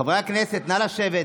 חברי הכנסת, נא לשבת.